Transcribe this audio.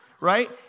right